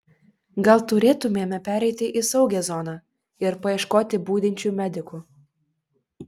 gal turėtumėme pereiti į saugią zoną ir paieškoti budinčių medikų